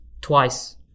twice